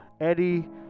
Eddie